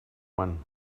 one